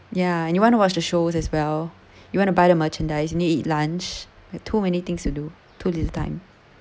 ya and you wanna watch the shows as well you want to buy the merchandise you need eat lunch uh too many things to do too little time